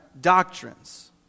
doctrines